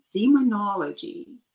demonology